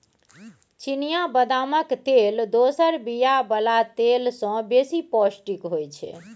चिनियाँ बदामक तेल दोसर बीया बला तेल सँ बेसी पौष्टिक होइ छै